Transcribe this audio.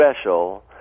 special